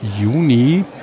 Juni